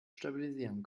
stabilisieren